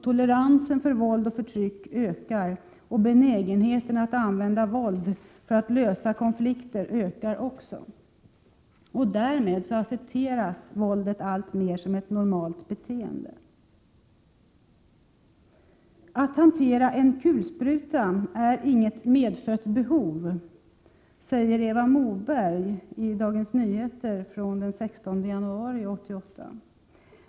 Toleransen mot våld och förtryck ökar, och benägenheten att använda våld för att lösa konflikter ökar lika så. Därmed accepteras våldet alltmer som ett normalt beteende. ”Att hantera en kulspruta är inget medfött behov”, säger Eva Moberg i Dagens Nyheter den 16 januari 1988.